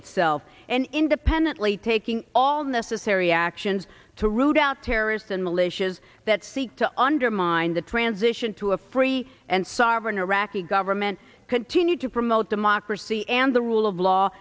itself and independently taking all necessary actions to root out terrorists and militias that seek to undermine the transition to a free and sovereign iraqi government continue to promote democracy and the rule of law